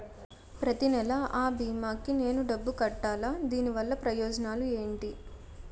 ప్రతినెల అ భీమా కి నేను డబ్బు కట్టాలా? దీనివల్ల ప్రయోజనాలు ఎంటి?